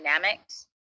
dynamics